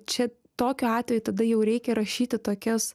čia tokiu atveju tada jau reikia rašyti tokias